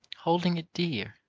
holding it dear,